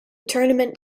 tournament